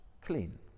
clean